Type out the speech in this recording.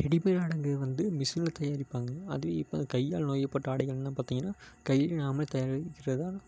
readymade ஆடைகள் வந்து மிஷினில் தயாரிப்பாங்க அதுவே இப்போ கையால் நொய்யப்பட்ட ஆடைகள்லாம் பார்த்திங்கன்னா கையில் நாமளே தயாரிக்கிறது தான்